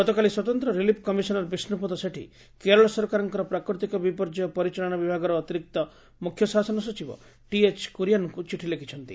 ଗତକାଲି ସ୍ୱତନ୍ତ relief commissioner Bishnupada Sethi Kerala ସରକାରଙ୍କ ପ୍ରାକୃତିକ ବିପର୍ଯ୍ୟର ପରିଚାଳନା ବିଭାଗର ଅତିରିକ୍ତ ମୁଖ୍ୟ ଶାସନ ସଚିବ ଟିଏଚ୍ କୁରିଆନ୍ଙ୍କୁ ଚିଠି ଲେଖିଛନ୍ତି